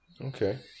Okay